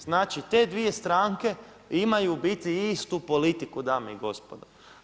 Znači te dvije stranke imaju u biti istu politiku dame i gospodo.